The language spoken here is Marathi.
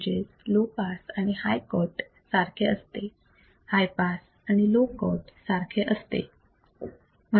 म्हणजेच लो पास आणि हाय कट सारखे असते हाय पास आणि लो कट सारखे असते